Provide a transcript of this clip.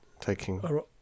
taking